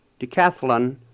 decathlon